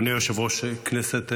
אדוני היושב-ראש, כנסת נכבדה,